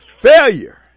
Failure